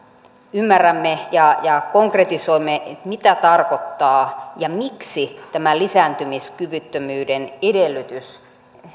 ymmärrämme ja ja konkretisoimme mitä tämä tarkoittaa ja miksi tämä lisääntymiskyvyttömyyden edellytys